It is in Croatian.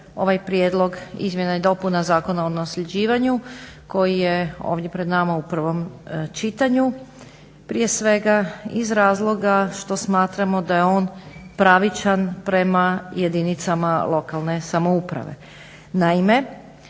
ovaj prijedlog izmjena i dopuna Zakona o nasljeđivanju koji je ovdje pred nama u prvom čitanju. Prije svega iz razloga što smatramo da je on pravičan prema jedinicama lokalne samouprave.